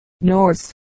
Norse